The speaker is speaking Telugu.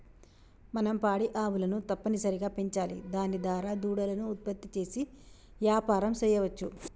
మనం పాడి ఆవులను తప్పనిసరిగా పెంచాలి దాని దారా దూడలను ఉత్పత్తి చేసి యాపారం సెయ్యవచ్చు